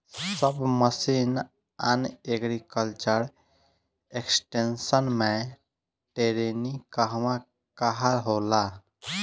सब mission on agriculture extension मै टेरेनीं कहवा कहा होला?